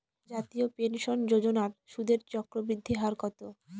জাতীয় পেনশন যোজনার সুদের চক্রবৃদ্ধি হার কত?